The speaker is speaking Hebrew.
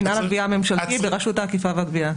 מינהל הגבייה הממשלתית ברשות האכיפה והגבייה.